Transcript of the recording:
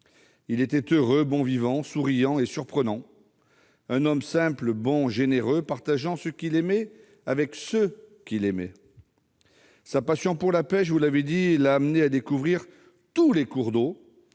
Il était heureux, bon vivant, souriant et surprenant. Un homme simple, bon, généreux, partageant ce qu'il aimait avec ceux qu'il aimait. Sa passion pour la pêche, vous l'avez rappelé, monsieur le président, l'a amené à découvrir tous les cours d'eau.